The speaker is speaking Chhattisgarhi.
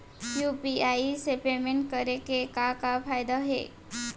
यू.पी.आई से पेमेंट करे के का का फायदा हे?